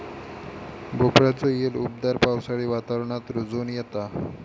भोपळ्याचो येल उबदार पावसाळी वातावरणात रुजोन येता